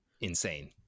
Insane